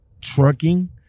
trucking